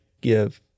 give